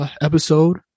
episode